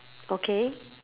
okay